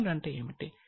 రుణాలు అంటే ఏమిటి